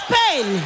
pain